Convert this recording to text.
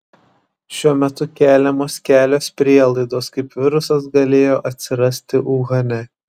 šiuo metu keliamos kelios prielaidos kaip virusas galėjo atsirasti uhane